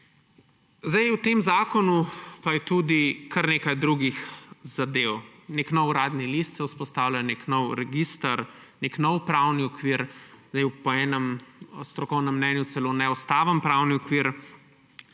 V tem zakonu pa je tudi kar nekaj drugih zadev. Nek nov uradni list se vzpostavlja, nek nov register, nek nov pravni okvir. Po enem strokovnem mnenju celo neustaven pravni okvir.